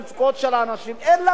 אין לה זכות קיום כחברה,